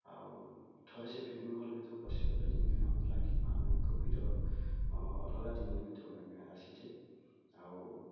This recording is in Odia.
ଆଉ ଥରେ ସେ ଫିଲ୍ମ ହଲ୍ ଭିତରକୁ ପଶିଗଲେ ଯେମିତିକି ଆମକୁ ଲାଗିବ ଆମେ ଏକ ବୀର ଅଲଗା ଦୁନିଆଁ ଭିତରକୁ ଆମେ ଆସିଛେ ଆଉ